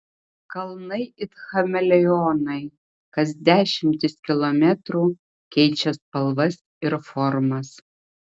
kalnai it chameleonai kas dešimtis kilometrų keičia spalvas ir formas